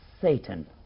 Satan